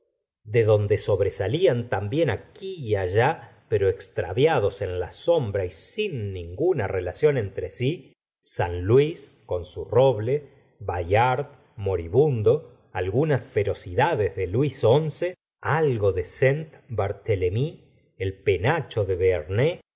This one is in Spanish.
de donde sobregustavo flaubert salían también aquí y allá pero extraviados en la sombra y sin ninguna relación entre si san luis con su roble bayard moribundo algunas ferocidades de luis xi algo de saint barthelemy el penacho de